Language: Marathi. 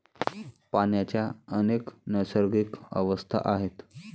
पाण्याच्या अनेक नैसर्गिक अवस्था आहेत